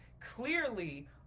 clearly